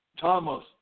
Thomas